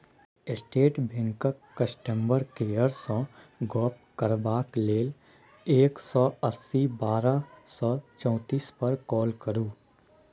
state बैंकक customer केयरसँ गप्प करबाक लेल एक सय अस्सी बारह सय चौतीस पर काँल करु